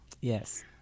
Yes